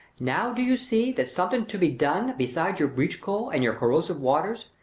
now do you see that something's to be done, beside your beech-coal, and your corsive waters,